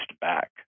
back